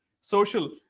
social